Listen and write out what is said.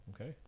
Okay